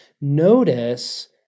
Notice